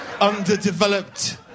underdeveloped